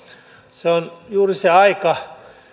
se on juuri se aika